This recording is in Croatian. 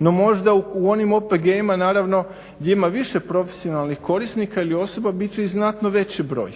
no možda u onim OPG-ima gdje ima više profesionalnih korisnika ili osoba bit će i znatno veći broj.